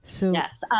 Yes